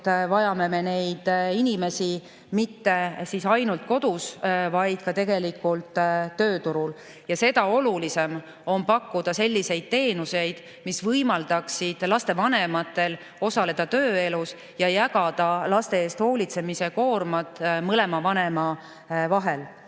vajame neid inimesi mitte ainult kodus, vaid ka tööturul. Seda olulisem on pakkuda selliseid teenuseid, mis võimaldaksid lastevanematel osaleda tööelus, jagades laste eest hoolitsemise koormat mõlema vanema vahel.